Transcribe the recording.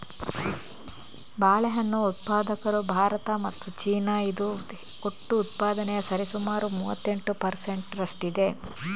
ಬಾಳೆಹಣ್ಣು ಉತ್ಪಾದಕರು ಭಾರತ ಮತ್ತು ಚೀನಾ, ಇದು ಒಟ್ಟು ಉತ್ಪಾದನೆಯ ಸರಿಸುಮಾರು ಮೂವತ್ತೆಂಟು ಪರ್ ಸೆಂಟ್ ರಷ್ಟಿದೆ